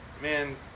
man